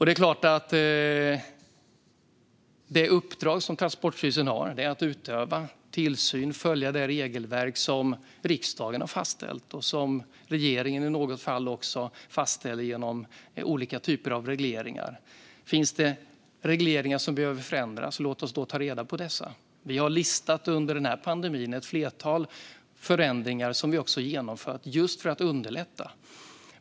Det är klart att det uppdrag som Transportstyrelsen har är att utöva tillsyn och följa det regelverk som riksdagen har fastställt och som regeringen i något fall fastställt genom olika typer av regleringar. Finns det regleringar som behöver förändras? Låt oss då ta reda på dessa! Vi har under den här pandemin listat ett flertal förändringar som vi också genomfört - just för att underlätta.